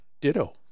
ditto